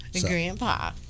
grandpa